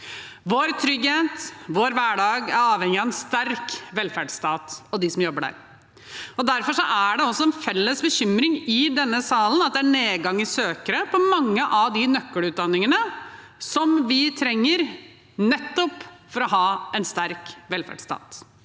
Vår trygghet og vår hverdag er avhengig av en sterk velferdsstat og dem som jobber der. Derfor er det også en felles bekymring i denne salen at det er nedgang i søkere på mange av de nøkkelutdanningene vi trenger for nettopp å ha en sterk velferdsstat.